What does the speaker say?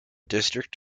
district